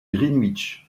greenwich